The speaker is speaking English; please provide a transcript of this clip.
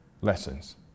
lessons